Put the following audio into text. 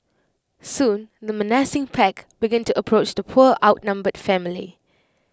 soon the menacing pack began to approach the poor outnumbered family